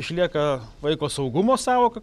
išlieka vaiko saugumo sąvoka